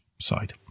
side